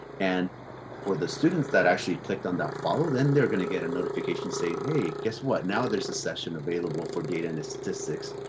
and for the students that actually clicked on that follow, then they're going to get a notification saying, hey, guess what? now there's a session available for data and statistics,